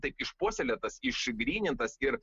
taip išpuoselėtas išgrynintas ir